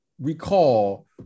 recall